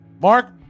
mark